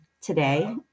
today